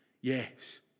Yes